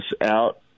out